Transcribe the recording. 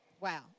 Wow